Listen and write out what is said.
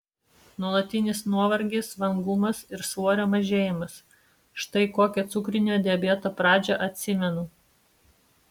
nuolatinis nuovargis vangumas ir svorio mažėjimas štai kokią cukrinio diabeto pradžią atsimenu